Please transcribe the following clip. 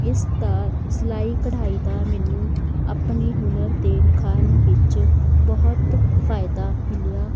ਇਸ ਦਾ ਸਿਲਾਈ ਕਢਾਈ ਦਾ ਮੈਨੂੰ ਆਪਣੇ ਹੁਨਰ ਦੇ ਨਿਖਾਰਨ ਵਿੱਚ ਬਹੁਤ ਫਾਇਦਾ ਮਿਲਿਆ